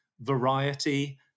variety